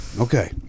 Okay